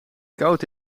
koud